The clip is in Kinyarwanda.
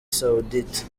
saoudite